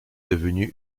devenue